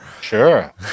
sure